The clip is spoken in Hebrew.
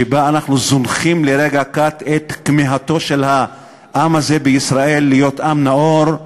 שבה אנחנו זונחים לרגע קט את כמיהתו של העם הזה בישראל להיות עם נאור,